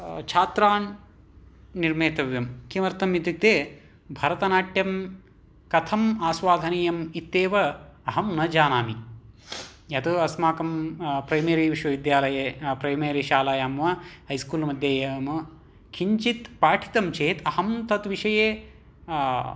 छात्रान् निर्मेतव्यम् किमर्थम् इत्युक्ते भरतनाट्यं कथम् आस्वादनीयम् इत्येव अहं न जानामि यत् अस्माकं प्रैमेरी विश्वविद्यालये प्रैमेरी शालायां वा हैस्कूल् मध्ये किंचित् पाठितं चेत् अहं तत् विषये